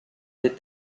des